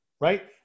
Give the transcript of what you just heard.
Right